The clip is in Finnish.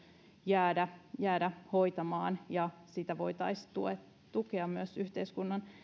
jäädä jäädä häntä hoitamaan ja sitä voitaisiin myös tukea yhteiskunnan